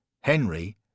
Henry